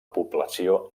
població